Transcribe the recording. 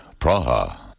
Praha